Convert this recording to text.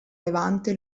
levante